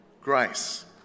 grace